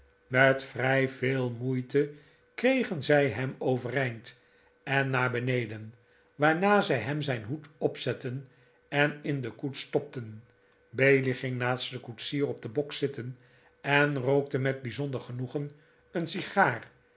met vrij veel moeite kregen zij hem overeind en naar beneden waarna zij hem zijn hoed opzetten en in de koets stopten bailey ging naast den koetsier op den bok zitten r en rookte met bijzonder genoegen een sigaar